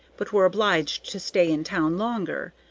but were obliged to stay in town longer.